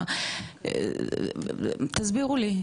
תסבירו לי,